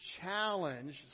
challenge